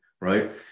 right